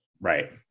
Right